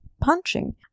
punching